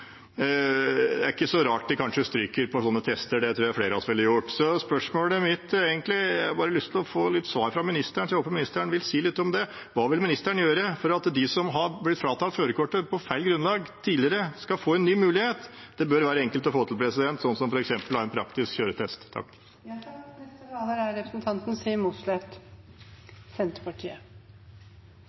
er det ikke så rart at de kanskje stryker på sånne tester. Det tror jeg flere av oss ville gjort. Så spørsmålet mitt er: Jeg håper ministeren vil si litt om dette: Hva vil ministeren gjøre for at de som har blitt fratatt førerkortet på feil grunnlag tidligere, skal få en ny mulighet? Det bør være enkelt å få til det, f.eks. ved en praktisk kjøretest. Siden jeg ble så tydelig utfordret av representanten Johnsen i sted, skal jeg ta ordet for å forklare situasjonen. Det stemmer at Senterpartiet